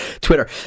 Twitter